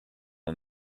and